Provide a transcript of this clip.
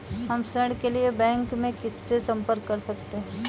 हम ऋण के लिए बैंक में किससे संपर्क कर सकते हैं?